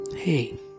hey